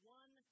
one